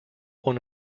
one